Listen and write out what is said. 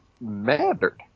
mattered